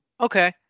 Okay